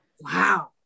Wow